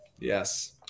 Yes